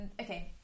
Okay